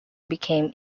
became